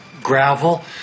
Gravel